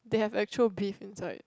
they have actual beef inside